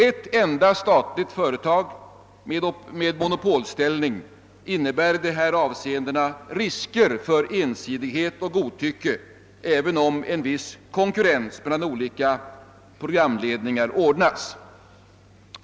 Ett enda statligt företag med monopolställning innebär i dessa avseenden risker för ensidighet och godtycke, även om en viss konkurrens mellan olika programledningar ordnats.